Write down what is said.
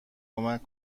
کمک